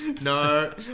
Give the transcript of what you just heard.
No